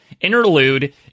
interlude